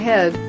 Head